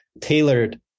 tailored